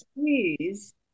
please